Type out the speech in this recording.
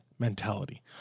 Mentality